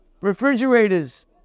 refrigerators